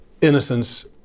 innocence